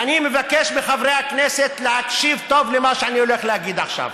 ואני מבקש מחברי הכנסת להקשיב טוב למה שאני הולך להגיד עכשיו,